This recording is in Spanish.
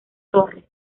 torres